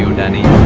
danny?